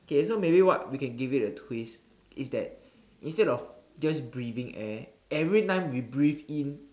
okay so maybe what we can give it a twist is that instead of just breathing air everytime we breathe in